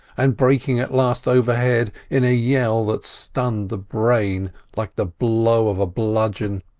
and breaking at last overhead in a yell that stunned the brain like the blow of a bludgeon.